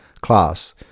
class